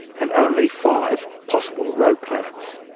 and only five possible rogue planets.